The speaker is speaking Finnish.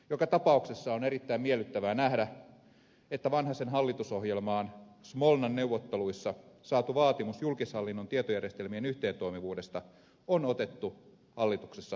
joka tapauksessa on erittäin miellyttävää nähdä että vanhasen hallitusohjelmaan smolnan neuvotteluissa saatu vaatimus julkishallinnon tietojärjestelmien yhteentoimivuudesta on otettu hallituksessa tosissaan